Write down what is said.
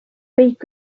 riik